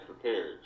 prepared